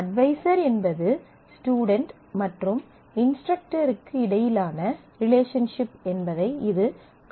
advisor என்பது student மற்றும் இன்ஸ்டரக்டருக்கு இடையிலான ரிலேஷன்ஷிப் என்பதை இது காட்டுகிறது